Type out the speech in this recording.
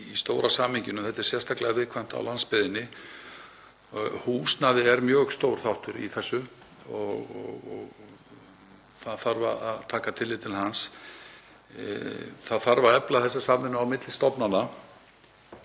í stóra samhenginu. Þetta er sérstaklega viðkvæmt á landsbyggðinni. Húsnæði er mjög stór þáttur í þessu og það þarf að taka tillit til hans. Það þarf að efla samvinnu á milli stofnana.